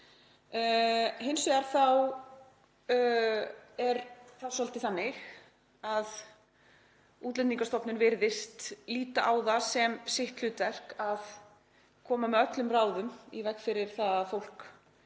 Hins vegar er það svolítið þannig að Útlendingastofnun virðist líta á það sem sitt hlutverk að koma með öllum ráðum í veg fyrir að fólk